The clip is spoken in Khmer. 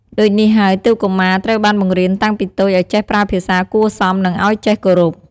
ដូចនេះហើយទើបកុមារត្រូវបានបង្រៀនតាំងពីតូចឲ្យចេះប្រើភាសារគួរសម និងអោយចេះគោរព។